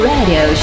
Radio